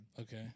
Okay